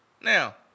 Now